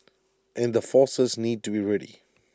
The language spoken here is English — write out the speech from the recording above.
and the forces need to be ready